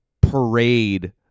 parade